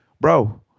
Bro